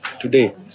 Today